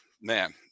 man